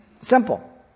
Simple